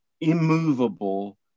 immovable